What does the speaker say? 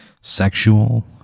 sexual